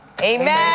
Amen